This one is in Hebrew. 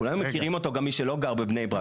כולם מכירים אותו, גם מי שלא גר בבני ברק.